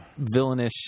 villainish